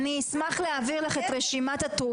אני יודעת ואני מבינה שאתם מגנים ושומרים על אותם מחבלים,